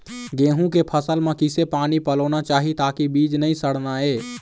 गेहूं के फसल म किसे पानी पलोना चाही ताकि बीज नई सड़ना ये?